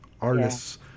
artists